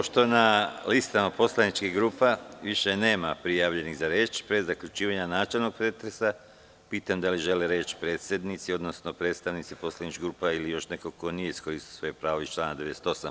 Pošto na listama poslaničkih grupa više nema prijavljenih za reč, pre zaključivanja načelnog pretresa, pitam da li žele reč predsednici, odnosno predstavnici poslaničkih grupa ili još neko ko nije iskoristio svoje pravo iz člana 98.